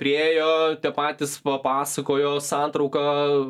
priėjo tie patys papasakojo santrauką